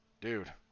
dude